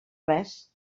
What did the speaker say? res